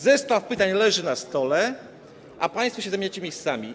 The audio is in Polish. Zestaw pytań leży na stole, a państwo się zamieniacie miejscami.